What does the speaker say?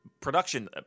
production